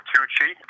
Tucci